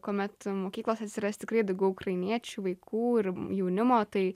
kuomet mokyklose atsiras tikrai daugiau ukrainiečių vaikų ir jaunimo tai